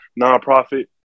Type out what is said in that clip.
nonprofit